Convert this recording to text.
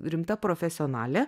rimta profesionalė